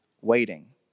waiting